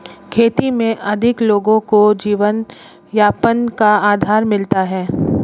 खेती में अधिक लोगों को जीवनयापन का आधार मिलता है